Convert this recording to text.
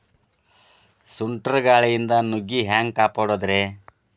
ಸುಂಟರ್ ಗಾಳಿಯಿಂದ ನುಗ್ಗಿ ಹ್ಯಾಂಗ ಕಾಪಡೊದ್ರೇ?